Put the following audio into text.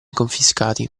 confiscati